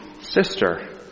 sister